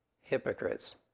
hypocrites